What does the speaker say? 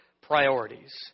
priorities